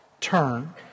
turn